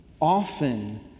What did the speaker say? often